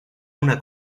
una